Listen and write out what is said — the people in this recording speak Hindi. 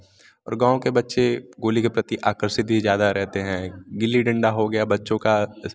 और गाँव के बच्चे गोली के प्रति आकर्षित भी ज़्यादा रहते हैं गिल्ली डंडा हो गया बच्चों का